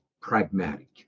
pragmatic